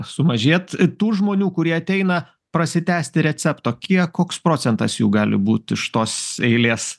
sumažėt tų žmonių kurie ateina prasitęsti recepto kiek koks procentas jų gali būt iš tos eilės